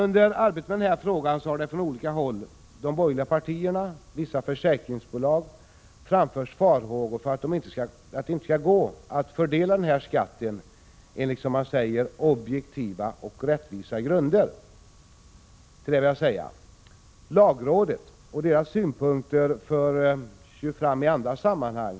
Under arbetet med den här frågan har det från olika håll — från de borgerliga partierna och vissa försäkringsbolag — framförts farhågor för att det inte skall gå att fördela skatten ”enligt objektiva och rättvisa grunder”. Till detta vill jag säga: Lagrådet och dess synpunkter för ni fram i många andra sammanhang.